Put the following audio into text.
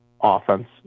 offense